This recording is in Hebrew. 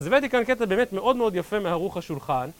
אז הבאתי כאן קטע באמת מאוד מאוד יפה מהערוך השולחן